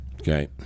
okay